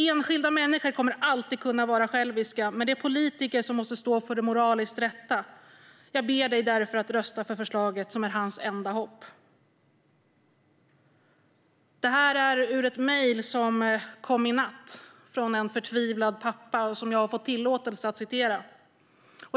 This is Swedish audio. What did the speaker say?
Enskilda människor kommer alltid kunna vara själviska, men det är politiker som måste stå för moraliskt rätta beslut. Jag ber dig därför att rösta för förslaget som är hans enda hopp." Detta citat kommer från ett mejl som kom i natt från en förtvivlad pappa och som jag fått tillåtelse att citera.